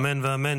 אמן ואמן.